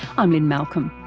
i'm lynne malcolm.